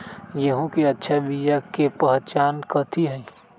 गेंहू के अच्छा बिया के पहचान कथि हई?